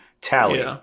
tally